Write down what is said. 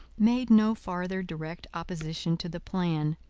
made no farther direct opposition to the plan,